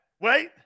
Wait